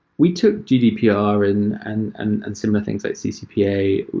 we took gdpr and and and and similar things like ccpa.